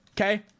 Okay